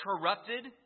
corrupted